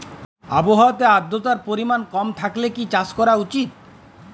আবহাওয়াতে আদ্রতার পরিমাণ কম থাকলে কি চাষ করা উচিৎ?